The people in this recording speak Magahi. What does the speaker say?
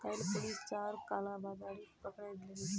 कइल पुलिस चार कालाबाजारिक पकड़े ले गेले